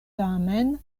tamen